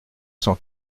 cent